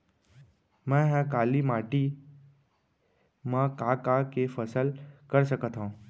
मै ह काली माटी मा का का के फसल कर सकत हव?